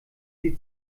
sie